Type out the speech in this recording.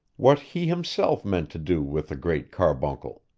what he himself meant to do with the great carbuncle.